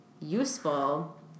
useful